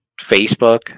Facebook